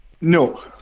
No